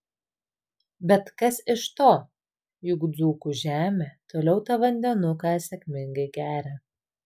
bet kas iš to juk dzūkų žemė toliau tą vandenuką sėkmingai geria